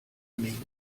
mean